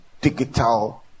digital